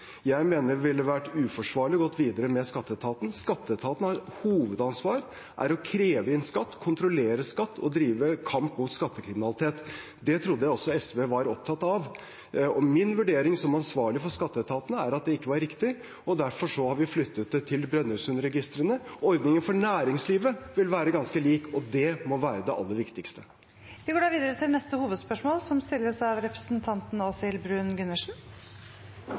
Jeg mener det ville vært uforsvarlig å gå videre med skatteetaten. Skatteetatens hovedansvar er å kreve inn skatt, kontrollere skatt og drive kamp mot skattekriminalitet. Det trodde jeg også SV var opptatt av. Min vurdering, som ansvarlig for skatteetaten, er at det ikke er riktig. Derfor har vi flyttet det til Brønnøysundregistrene. Ordningen for næringslivet vil være ganske lik, og det må være det aller viktigste. Vi går videre til neste hovedspørsmål.